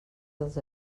dels